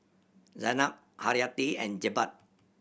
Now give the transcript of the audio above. Zaynab Haryati and Jebat